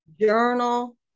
Journal